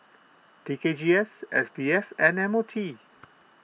T K G S S B F and M O T